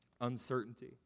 uncertainty